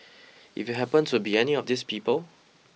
if you happened to be any of these people